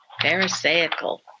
Pharisaical